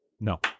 No